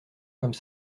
comme